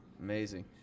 Amazing